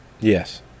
Yes